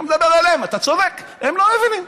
אתה מדבר אליהם, אתה צודק, הם לא מבינים.